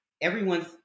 everyone's